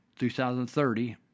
2030